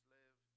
live